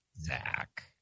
Zach